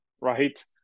right